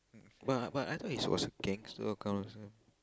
but but I thought he was a gangster kind of thing